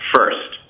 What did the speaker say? First